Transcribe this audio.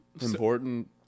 important